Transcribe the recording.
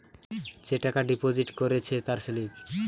যে টাকা ডিপোজিট করেছে তার স্লিপ